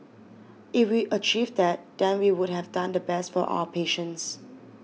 if we achieve that then we would have done the best for our patients